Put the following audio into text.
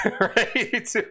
right